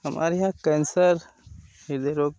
हमारे यहाँ कैंसर हृदय रोग